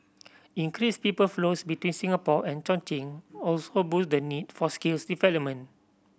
increased people flows between Singapore and Chongqing also boost the need for skills development